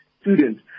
students